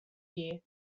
here